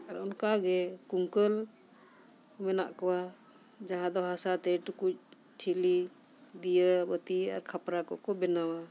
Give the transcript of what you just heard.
ᱟᱨ ᱚᱱᱠᱟᱜᱮ ᱠᱩᱝᱠᱟᱹᱞ ᱢᱮᱱᱟᱜ ᱠᱚᱣᱟ ᱡᱟᱦᱟᱸ ᱫᱚ ᱦᱟᱥᱟᱛᱮ ᱴᱩᱠᱩᱡᱽ ᱴᱷᱤᱞᱤ ᱫᱤᱭᱟᱹ ᱵᱟᱹᱛᱤ ᱟᱨ ᱠᱷᱟᱯᱨᱟ ᱠᱚᱠᱚ ᱵᱮᱱᱟᱣᱟ